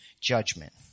judgment